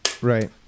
Right